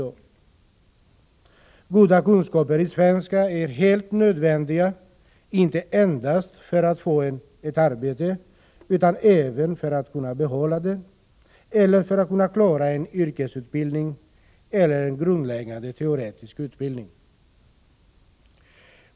Goda kunskaper i svenska är helt nödvändiga, inte endast för att få ett arbete utan även för att kunna behålla det, eller för att klara en yrkesutbildning eller en grundläggande teoretisk utbildning.